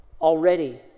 Already